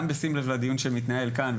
גם בשים לב לדיון שמתנהל כאן,